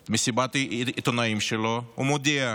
את מסיבת העיתונאים שלו ומודיע: